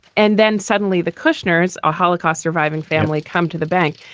and then suddenly the kushner's a holocaust surviving family come to the bank.